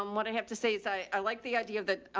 um what i have to say is i like the idea of that, ah,